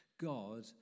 God